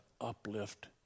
uplift